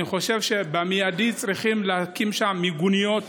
אני חושב שצריכים להקים שם מיגוניות